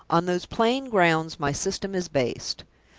on those plain grounds my system is based.